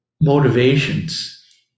motivations